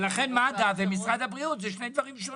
ולכן מד"א ומשרד הבריאות אלה שני דברים שונים.